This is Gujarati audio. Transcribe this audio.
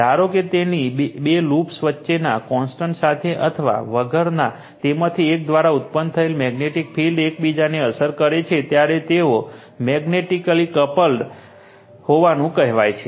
ધારો કે તેમની બે લૂપ્સની વચ્ચેના કોન્ટેક્ટ સાથે અથવા વગરના તેમાંથી એક દ્વારા ઉત્પન્ન થયેલ મેગ્નેટિક ફિલ્ડ એકબીજાને અસર કરે છે ત્યારે તેઓ મેગ્નેટિકલી કપલ્ડ હોવાનું કહેવાય છે